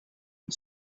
and